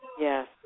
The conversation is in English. Yes